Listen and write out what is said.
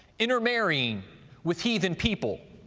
intermarrying with heathen people,